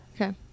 Okay